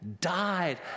died